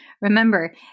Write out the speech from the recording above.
Remember